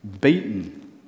beaten